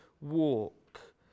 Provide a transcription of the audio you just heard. walk